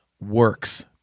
works